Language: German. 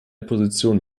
positionen